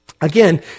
again